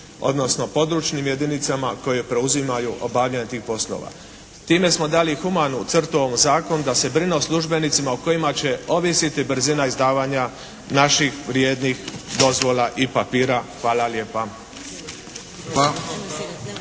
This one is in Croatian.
odnosno područnim jedinicama koje preuzimaju obavljanje tih poslova. Time smo dali i humanu crtu ovom zakonu da se brine o službenicima o kojima će ovisiti brzina izdavanja naših vrijednih dozvola i papira. Hvala lijepa.